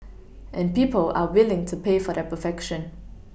and people are willing to pay for that perfection